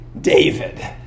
David